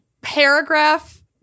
paragraph